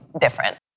different